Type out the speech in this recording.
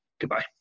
Goodbye